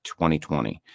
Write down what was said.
2020